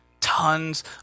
tons